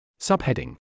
Subheading